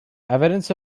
evidence